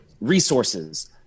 resources